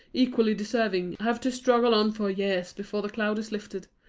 equally deserving, have to struggle on for years before the cloud is lifted,